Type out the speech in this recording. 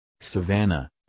Savannah